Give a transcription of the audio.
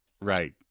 Right